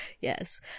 Yes